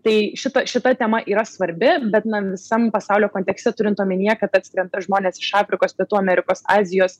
tai šita šita tema yra svarbi bet na visam pasaulio kontekste turint omenyje kad atskrenda žmonės iš afrikos pietų amerikos azijos